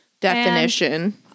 Definition